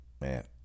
Man